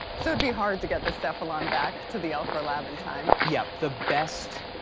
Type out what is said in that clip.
so it'd be hard to get this cephalon back to the alcor lab in time. yep, the best.